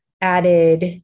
added